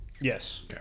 Yes